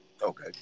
Okay